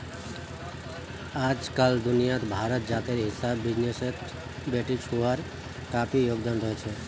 अइजकाल दुनिया भरत जातेर हिसाब बिजनेसत बेटिछुआर काफी योगदान रहछेक